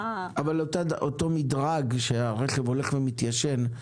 אותו מדרג שהרכב הולך ומתיישן,